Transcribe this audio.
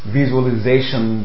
visualization